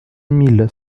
mille